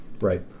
Right